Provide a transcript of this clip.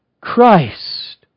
Christ